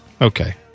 Okay